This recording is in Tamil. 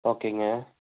ஓகேங்க